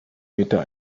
meter